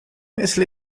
مثل